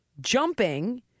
jumping